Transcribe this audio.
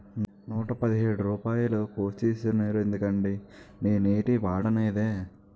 నూట పదిహేడు రూపాయలు కోసీసేరెందుకండి నేనేటీ వోడనేదే